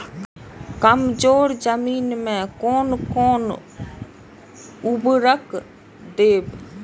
कमजोर जमीन में कोन कोन उर्वरक देब?